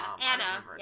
Anna